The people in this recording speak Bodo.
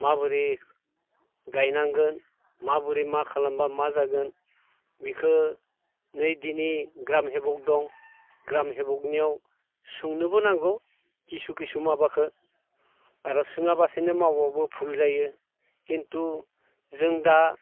माबोरै गायनांगोन माबोरै मा खालामबा मा जागोन बेखौ नै दिनै ग्राम हेब'ख दं ग्राम हेबखनियाव सोंनोबो नांगौ खिसु खिसु माबाखौ आरो सोङालासिनो मावबाबो भुल जायो खिन्थु जों दा